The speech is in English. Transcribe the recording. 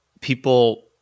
people